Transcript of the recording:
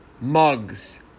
mugs